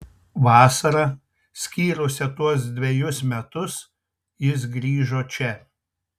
vasarą skyrusią tuos dvejus metus jis grįžo čia